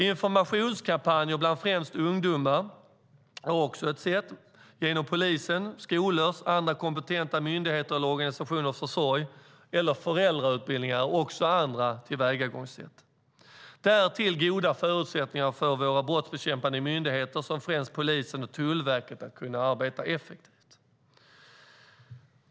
Informationskampanjer bland främst ungdomar är också ett sätt, genom polisens, skolors och andra kompetenta myndigheters eller organisationers försorg eller genom föräldrautbildningar och också andra tillvägagångssätt. Därtill handlar det om goda förutsättningar för våra brottsbekämpande myndigheter, främst polisen och Tullverket, att kunna arbeta effektivt.